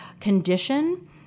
condition